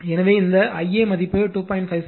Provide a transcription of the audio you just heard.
எனவே இந்த Ia மதிப்பு 2